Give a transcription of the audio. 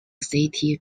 city